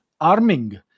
arming